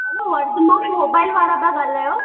हलो Vardhman mobile वारा था ॻाल्हायो